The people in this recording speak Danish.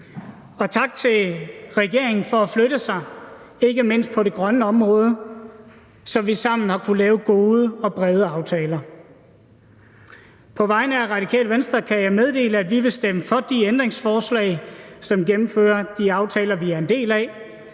Og tak til regeringen for at flytte sig, ikke mindst på det grønne område, så vi sammen har kunnet lave gode og brede aftaler. På vegne af Radikale Venstre kan jeg meddele, at vi vil stemme for de ændringsforslag, som gennemfører de aftaler, vi er en del af